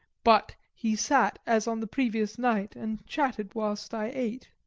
but he sat as on the previous night, and chatted whilst i ate.